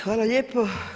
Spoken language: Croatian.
Hvala lijepo.